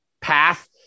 path